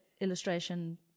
illustration